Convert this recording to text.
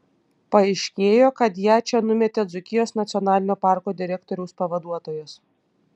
paaiškėjo kad ją čia numetė dzūkijos nacionalinio parko direktoriaus pavaduotojas